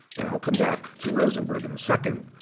and i'll come back to rosenberg in a second.